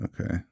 Okay